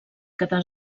cada